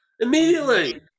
Immediately